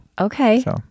okay